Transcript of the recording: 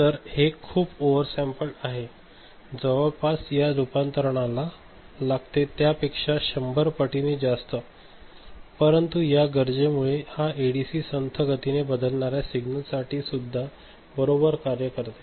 तर हे खूप ओव्हरसॅमपल्ड आहे जवळपास या रूपांताना लागते त्या पेक्षा 100 पटीने जास्त परंतु या गरजे मुळे हा एडीसी संथ गतीने बदलणाऱ्या सिग्नल साठी सुद्धा बरोबर कार्य करतो